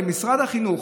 משרד החינוך,